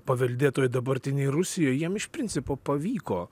paveldėtojoj dabartinėj rusijoj jiem iš principo pavyko